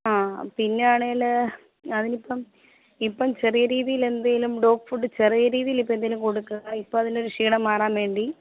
ആ പിന്നെ ആണെങ്കിൽ അതിനിപ്പം ഇപ്പം ചെറിയ രീതിയിൽ എന്തെങ്കിലും ഡോഗ് ഫുഡ് ചെറിയ രീതിയിൽ ഇപ്പം എന്തെങ്കിലും കൊടുക്ക് ഇപ്പം അതിനൊരു ക്ഷീണം മാറാൻ വേണ്ടി